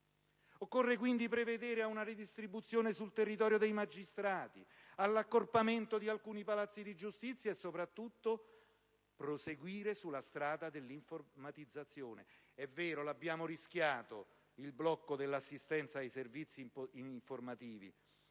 Occorre quindi prevedere una redistribuzione sul territorio dei magistrati, l'accorpamento di alcuni palazzi di giustizia e, soprattutto, proseguire sulla strada della informatizzazione. È vero: l'abbiamo rischiato il blocco dell'assistenza ai servizi informativi.